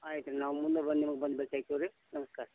ಆಯ್ತು ರೀ ನಾವು ಮುಂದೆ ಬಂದು ನಿಮಗೆ ಬಂದು ಭೇಟಿಯಾಗ್ತೀವ್ರಿ ನಮ್ಸ್ಕಾರ